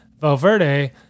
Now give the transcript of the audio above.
Valverde